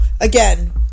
again